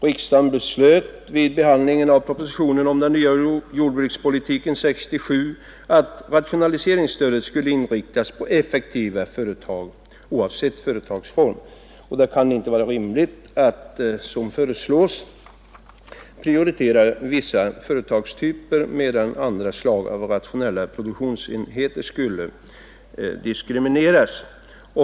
Riksdagen beslöt vid behandlingen av propositionen om den nya jordbrukspolitiken 1967 att rationaliseringsstödet skulle inriktas på effektiva företag oavsett företagsform, och det kan inte vara rimligt att som motionärerna föreslår prioritera vissa företagstyper medan andra slag av rationella produktionsenheter skulle diskrimineras.